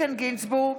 איתן גינזבורג,